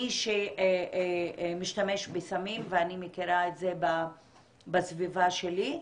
מי שמשתמש בסמים, ואני מכירה את זה בסביבה שלי,